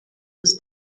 was